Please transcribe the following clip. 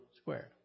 squared